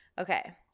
Okay